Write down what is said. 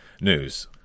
news